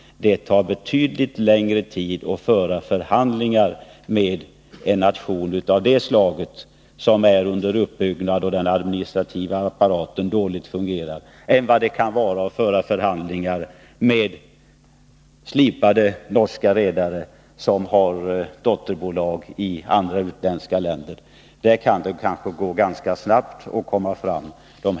Det tar betydligt längre tid att föra förhandlingar med en nation av det slaget, som är under uppbyggnad och där den administrativa apparaten fungerar dåligt, än att föra förhandlingar med slipade norska redare, som har dotterbolag i andra länder och med vilka man ganska snabbt kan komma fram till en överenskommelse.